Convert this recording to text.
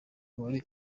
wari